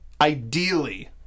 ideally